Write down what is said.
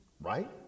right